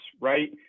right